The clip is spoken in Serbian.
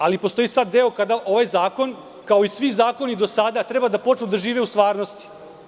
Ali, postoji sada deo kada ovaj zakon, kao i svi zakoni do sada, treba da počnu da žive u stvarnosti.